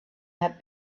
had